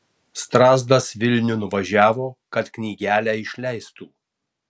strazdas vilniun važiavo kad knygelę išleistų